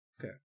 Okay